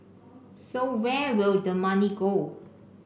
so where will the money go